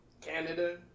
Canada